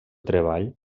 treball